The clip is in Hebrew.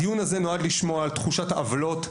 הדיון הזה נועד לשמוע על תחושת העוולות,